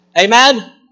Amen